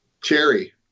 Cherry